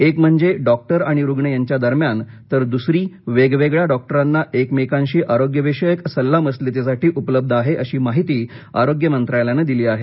एक म्हणजे डॉक्टर आणि रुग्ण यांच्यादरम्यान तर दुसरी वेगवेगळ्या डॉक्टरांना एकमेकांशी आरोग्यविषयक सल्लामसलतीसाठी उपलब्ध आहे अशी माहिती आरोग्य मंत्रालयानं दिली आहे